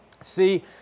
See